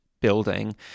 building